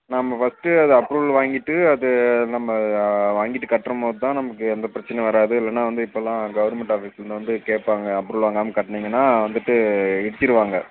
நம்ம ஃபஸ்ட்டு அதை அப்ரூவல் வாங்கிவிட்டு அது நம்ம வாங்கிவிட்டு கட்டும் போது தான் நமக்கு எந்தப் பிரச்சனையும் வராது இல்லைனா வந்து இப்போல்லாம் கவுர்மெண்ட் ஆஃபீஸ்லேருந்து வந்து கேட்பாங்க அப்ரூவல் வாங்காமல் கட்டுனீங்கன்னா வந்துவிட்டு இடிச்சிருவாங்க